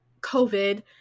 COVID